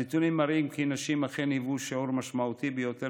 הנתונים מראים כי נשים אכן היו שיעור משמעותי ביותר